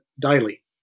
daily